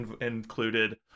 included